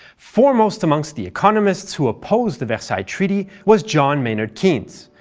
foremost amongst the economists who opposed the versailles treaty was john maynard keynes,